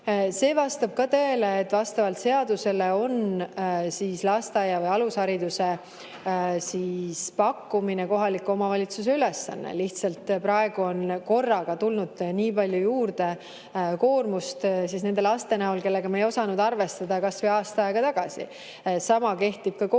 See vastab tõele, et vastavalt seadusele on lasteaia või alushariduse pakkumine kohaliku omavalitsuse ülesanne. Lihtsalt praegu on korraga tulnud nii palju lisakoormust nende laste näol, kellega me ei osanud arvestada kas või aasta aega tagasi. Sama kehtib koolikohtade